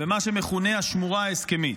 במה שמכונה "השמורה ההסכמית".